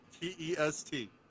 T-E-S-T